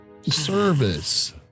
Service